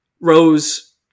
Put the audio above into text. Rose